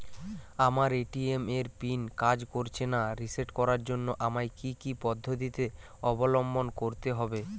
আমার এ.টি.এম এর পিন কাজ করছে না রিসেট করার জন্য আমায় কী কী পদ্ধতি অবলম্বন করতে হবে?